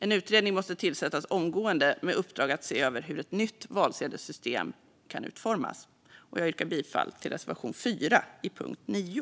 En utredning måste tillsättas omgående med uppdrag att se över hur ett nytt valsedelssystem kan utformas. Jag yrkar bifall till reservation 4 under punkt 9.